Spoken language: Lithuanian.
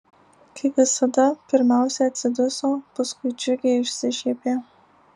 kaip visada pirmiausia atsiduso paskui džiugiai išsišiepė